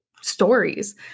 stories